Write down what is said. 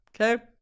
okay